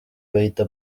bayita